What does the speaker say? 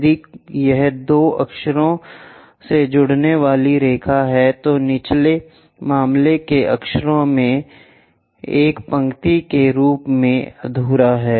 यदि यह दो अक्षरों से जुड़ने वाली रेखा है तो निचले मामले के अक्षरों में एक पंक्ति के रूप में अधूरा है